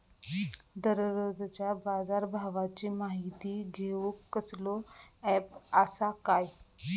दररोजच्या बाजारभावाची माहिती घेऊक कसलो अँप आसा काय?